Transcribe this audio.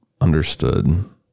understood